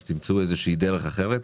אז תמצאו איזושהי דרך אחרת,